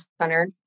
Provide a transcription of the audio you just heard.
center